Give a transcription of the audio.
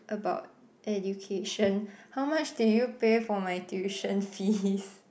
about education how much did you pay for my tuition fees